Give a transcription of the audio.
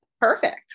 Perfect